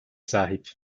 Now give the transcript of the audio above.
sahip